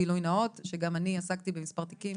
גילוי נאות שגם אני עסקתי במספר תיקום